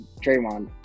Draymond